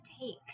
take